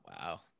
Wow